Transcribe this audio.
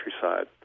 countryside